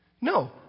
No